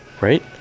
right